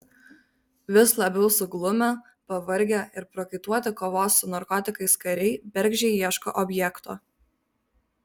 vis labiau suglumę pavargę ir prakaituoti kovos su narkotikais kariai bergždžiai ieško objekto